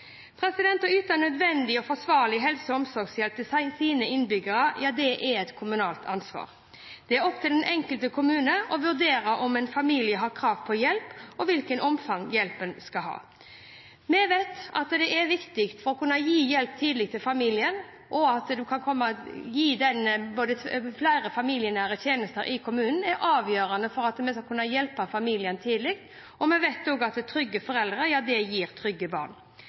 lovverk. Å yte nødvendig og forsvarlig helse- og omsorgshjelp til sine innbyggere er et kommunalt ansvar. Det er opp til den enkelte kommune å vurdere om en familie har krav på hjelp, og hvilket omfang hjelpen skal ha. Vi vet at det er viktig å kunne gi hjelp tidlig til familier, og det at en kan gi flere familienære tjenester i kommunen, er avgjørende for at vi skal kunne hjelpe familiene tidlig. Vi vet også at trygge foreldre gir trygge barn.